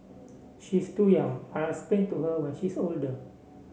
she's too young I'll explain to her when she's older